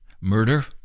murder